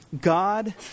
God